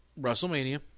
WrestleMania